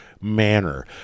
manner